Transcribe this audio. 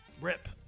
Rip